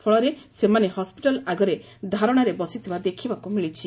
ଫଳରେ ସେମାନେ ହସ୍ସିଟାଲ୍ ଆଗରେ ଧାରଶାରେ ବସିଥିବା ଦେଖିବାକୁ ମିଳିଛି